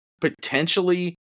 potentially